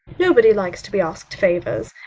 nobody likes to be asked favours.